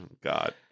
God